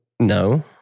No